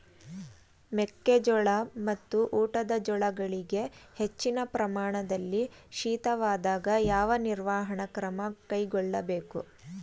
ಮೆಕ್ಕೆ ಜೋಳ ಮತ್ತು ಊಟದ ಜೋಳಗಳಿಗೆ ಹೆಚ್ಚಿನ ಪ್ರಮಾಣದಲ್ಲಿ ಶೀತವಾದಾಗ, ಯಾವ ನಿರ್ವಹಣಾ ಕ್ರಮ ಕೈಗೊಳ್ಳಬೇಕು?